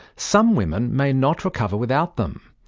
some women may not recover without them,